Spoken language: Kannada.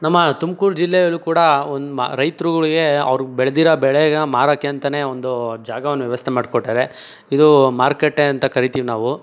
ನಮ್ಮ ತುಮಕೂರು ಜಿಲ್ಲೆಯಲ್ಲು ಕೂಡಾ ಒಂದು ಮಾ ರೈತರುಗಳಿಗೆ ಅವರು ಬೆಳ್ದಿರೋ ಬೆಳೆಯ ಮಾರೋಕ್ಕೆ ಅಂತಲೇ ಒಂದು ಜಾಗವನ್ನು ವ್ಯವಸ್ಥೆ ಮಾಡ್ಕೊಟ್ಟಾರೆ ಇದೂ ಮಾರ್ಕೆಟೇ ಅಂತ ಕರಿತೀವಿ ನಾವು